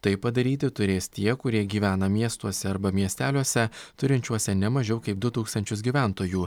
tai padaryti turės tie kurie gyvena miestuose arba miesteliuose turinčiuose ne mažiau kaip du tūkstančius gyventojų